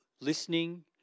listening